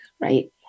right